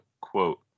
quote